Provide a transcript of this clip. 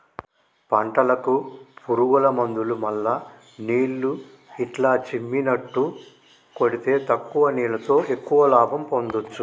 పంటలకు పురుగుల మందులు మల్ల నీళ్లు ఇట్లా చిమ్మిచినట్టు కొడితే తక్కువ నీళ్లతో ఎక్కువ లాభం పొందొచ్చు